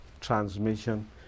transmission